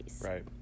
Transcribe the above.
Right